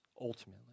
ultimately